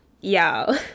y'all